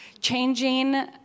Changing